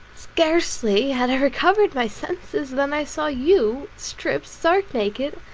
scarcely had i recovered my senses than i saw you stripped, stark naked,